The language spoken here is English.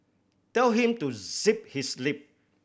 tell him to zip his lip